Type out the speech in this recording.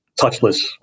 touchless